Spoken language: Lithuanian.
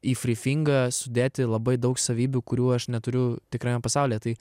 į frifingą sudėti labai daug savybių kurių aš neturiu tikrajam pasaulyje tai